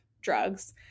drugs